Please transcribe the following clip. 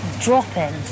Dropping